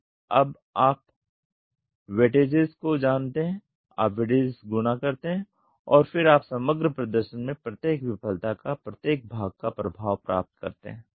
तो अब आप वैटेजेस को जानते हैं आप वैटेजेस गुना करते हैं और फिर आप समग्र प्रदर्शन में प्रत्येक विफलता या प्रत्येक भाग का प्रभाव प्राप्त कर सकते हैं